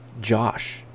josh